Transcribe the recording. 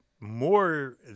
more